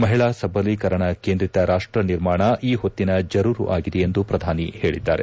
ಮಹಿಳಾ ಸಬಲೀಕರಣ ಕೇಂದ್ರೀತ ರಾಷ್ಟ ನಿರ್ಮಾಣ ಈ ಹೊತ್ತಿನ ಜರೂರು ಆಗಿದೆ ಎಂದು ಪ್ರಧಾನಿ ಹೇಳಿದ್ದಾರೆ